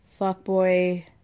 fuckboy